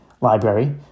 library